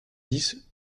dix